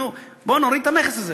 בוא ונוריד את המכס הזה.